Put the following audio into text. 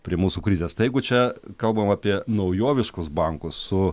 prie mūsų krizės tai jeigu čia kalbam apie naujoviškus bankus su